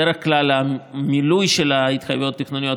בדרך כלל המילוי של ההתחייבויות התכנוניות